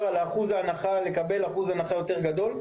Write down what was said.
על אחוז ההנחה כדי לקבל אחוז הנחה יותר גדול,